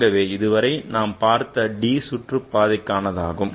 ஆகவே இதுவரை நாம் பார்த்தது d சுற்றுப்பாதைக்கானதாகும்